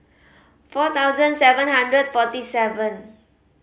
four thousand seven hundred forty seven